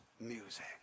music